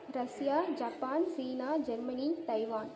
Russia Japan China Germany Taiwan